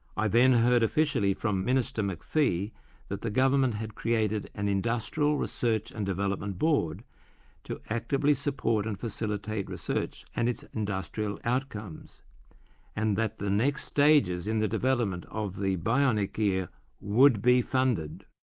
i then heard officially from minister mcphee that the government had created an industrial research and development board to actively support and facilitate research and its industrial outcomes and that the next stages in the development of the bionic ear would be funded.